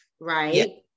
right